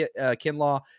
Kinlaw